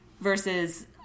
versus